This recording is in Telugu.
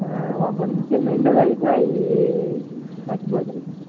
కొంచెం ఎండ తగిలిన అవి చచ్చిపోతాయి